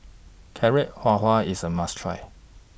Carrot Halwa IS A must Try